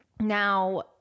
Now